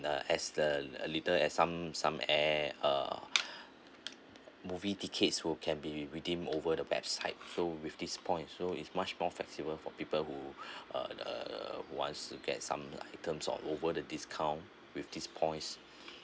uh as the little as some some air uh movie tickets who can be redeemed over the website so with these points so is much more flexible for people who uh uh wants to get some like items of over the discount with these points